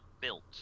built